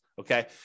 okay